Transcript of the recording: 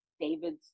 David's